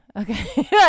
Okay